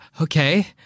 Okay